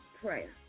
prayer